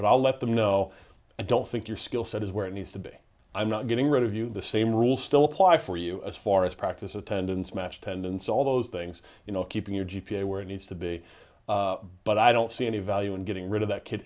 but i let them know i don't think your skill set is where it needs to be i'm not getting rid of you the same rules still apply for you as far as practice attendance match tendence all those things you know keeping your g p a where it needs to be but i don't see any value in getting rid of that kid